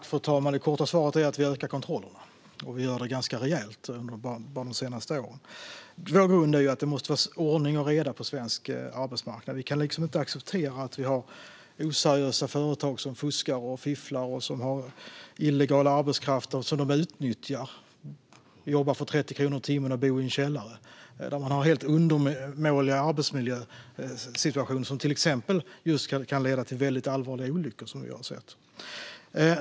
Fru talman! Det korta svaret är att vi ökar kontrollerna. Vi har gjort det ganska rejält bara de senaste åren. Vår grund är att det måste vara ordning och reda på svensk arbetsmarknad. Vi kan inte acceptera att vi har oseriösa företag som fuskar och fifflar och har illegal arbetskraft som de utnyttjar och låter jobba för 30 kronor i timmen och bo i en källare. De har en helt undermålig arbetssituation som till exempel kan leda till väldigt allvarliga olyckor, som vi har sett.